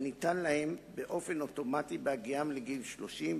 וניתן להם באופן אוטומטי בהגיעם לגיל 30,